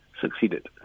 succeeded